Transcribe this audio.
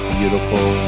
beautiful